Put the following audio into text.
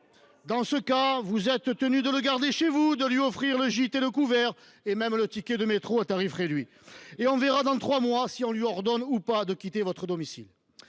dans ce cas, vous êtes tenu de la garder chez vous, de lui offrir le gîte et le couvert et même le ticket de métro à tarif réduit ! On verra dans trois mois si on lui ordonne, ou non, de quitter votre domicile…